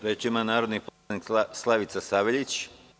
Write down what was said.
Reč ima narodni poslanik Slavica Saveljić.